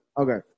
Okay